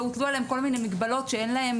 והוטלו עליהם כל מיני מגבלות שאין להן